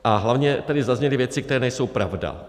A hlavně tady zazněly věci, které nejsou pravda.